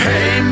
Hey